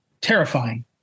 terrifying